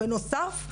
ובנוסף,